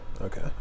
okay